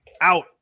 out